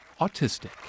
autistic